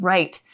Right